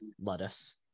lettuce